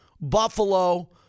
Buffalo